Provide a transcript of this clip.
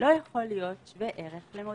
מכיוון שאנחנו מבינים את חומרת המצב,